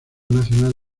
nacional